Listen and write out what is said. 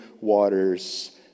waters